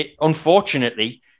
unfortunately